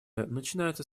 начинается